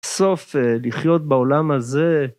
סוף לחיות בעולם הזה.